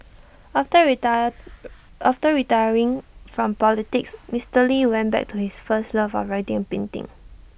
after retire after retiring from politics Mr lee went back to his first love of writing and painting